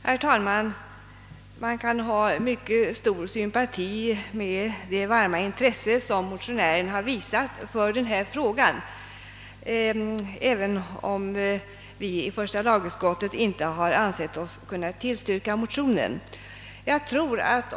Herr talman! Även om vi i första lagutskottet inte har ansett oss kunna tillstyrka motionen kan man ha mycket stor sympati med det varma intresse som motionären har visat för denna fråga.